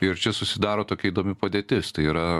ir čia susidaro tokia įdomi padėtis tai yra